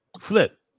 Flip